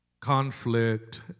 conflict